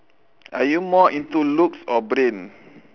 are you more into looks or brain